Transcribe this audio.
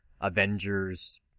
Avengers